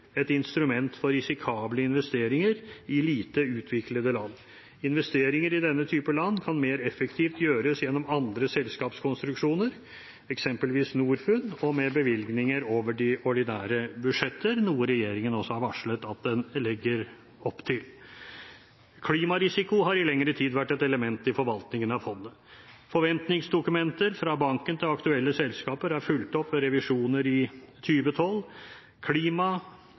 et instrument for risikable investeringer i lite utviklede land. Investeringer i denne type land kan mer effektivt gjøres gjennom andre selskapskonstruksjoner – eksempelvis Norfund – og ved bevilgninger over de ordinære budsjetter, noe regjeringen også har varslet at den legger opp til. Klimarisiko har i lengre tid vært et element i forvaltningen av fondet. Forventningsdokumenter fra banken til aktuelle selskaper er fulgt opp ved revisjoner i